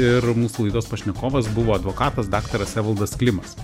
ir mūsų laidos pašnekovas buvo advokatas daktaras evaldas klimas